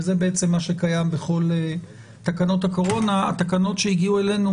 וזה בעצם מה שקיים בכל תקנות הקורונה התקנות שהגיעו אלינו,